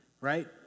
Right